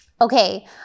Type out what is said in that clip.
Okay